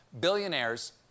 Billionaires